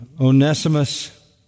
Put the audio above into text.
Onesimus